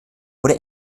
wurde